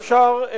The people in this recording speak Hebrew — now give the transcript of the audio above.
אפשר,